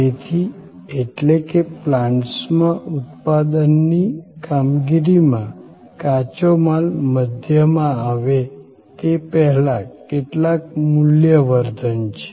તેથી એટલે કે પ્લાન્ટમાં ઉત્પાદનની કામગીરીમાં કાચો માલ મધ્યમમાં આવે તે પહેલાં કેટલાક મૂલ્યવર્ધન છે